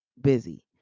busy